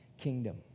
kingdom